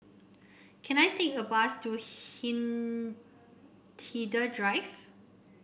can I take a bus to Hindhede Drive